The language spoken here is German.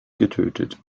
getötet